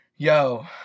Yo